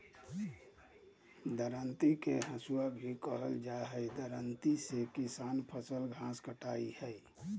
दरांती के हसुआ भी कहल जा हई, दरांती से किसान फसल, घास काटय हई